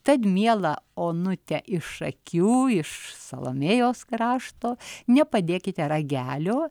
tad mielą onutę iš akių iš salomėjos krašto nepadėkite ragelio